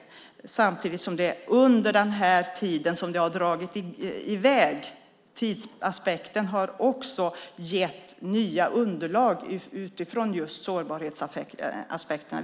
Samtidigt har det under tiden dragit i väg, och tidsaspekten har gett nya underlag utifrån just sårbarhetsaspekterna.